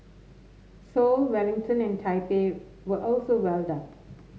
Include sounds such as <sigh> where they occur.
Seoul Wellington and Taipei were also well <unintelligible>